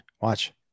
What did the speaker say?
Watch